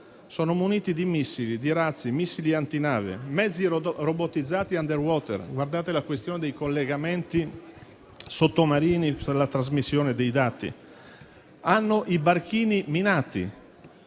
sono muniti di missili, di razzi e missili antinave, mezzi robotizzati *underwater* (guardate la questione dei collegamenti sottomarini per la trasmissione dei dati); hanno i barchini minati